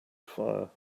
fire